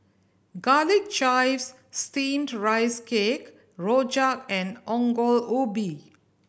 Garlic Chives Steamed Rice Cake rojak and Ongol Ubi